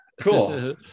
cool